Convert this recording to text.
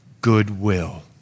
goodwill